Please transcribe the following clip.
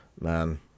man